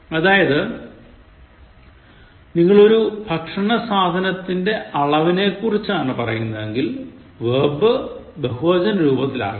അതായത് നിങ്ങൾ ഒരു ഭക്ഷണ സാധനത്തിന്റെ അളവിനെക്കുറിച്ചാണ് പറയുന്നതെങ്കിൽ verb ബഹുവചന രൂപത്തിൽ ആകണം